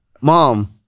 mom